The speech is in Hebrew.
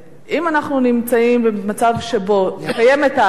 אם אנחנו נמצאים במצב שבו קיימת העדפה,